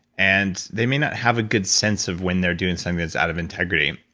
and they may not have a good sense of when they're doing something that's out of integrity.